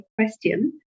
question